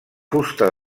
fusta